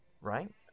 Right